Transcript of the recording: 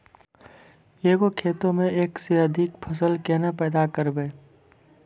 एक गो खेतो मे एक से अधिक फसल केना पैदा करबै?